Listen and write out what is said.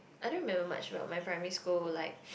I don't remember much about my primary school like